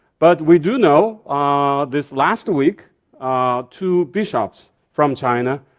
but we do know ah this last week two bishops from china